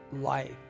life